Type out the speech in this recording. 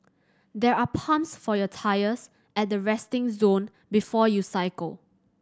there are pumps for your tyres at the resting zone before you cycle